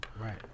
Right